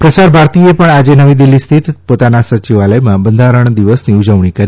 પ્રસાર ભારતીએ પણ આજે નવી દીલ્ફી સ્થિત પોતાના સચિવાલયમાં બંધારણ દિવસની ઉજવણી કરી